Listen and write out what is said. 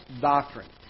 doctrine